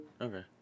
Okay